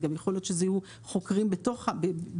גם יכול להיות שזה יהיה חוקרים בתוך המשרדים.